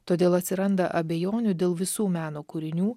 todėl atsiranda abejonių dėl visų meno kūrinių